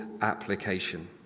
application